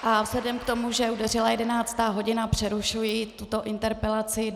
Vzhledem k tomu, že udeřila jedenáctá hodina, přerušuji tuto interpelaci.